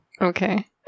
Okay